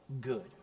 good